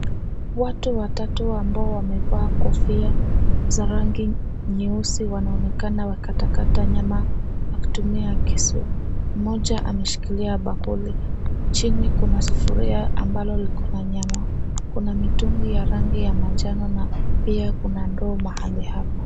Watu watatu ambao wamevaa kofia za rangi nyeusi wanaonekana wakikata kata nyama wakitumia kisu. Mmoja ameshikilia bakuli . Chini kuna sufuria ambalo liko na nyama. Kuna mitungi ya rangi ya manjano na pia kuna ndoo mahali hapa.